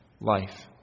life